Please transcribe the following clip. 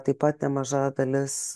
taip pat nemaža dalis